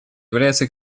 является